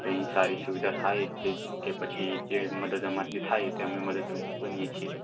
કઈ સારી સુવિધા થાય કે પછી જે મદદ અમારાથી થાય તો અમે મદદરૂપ બનીએ છીએ